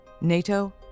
NATO